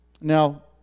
Now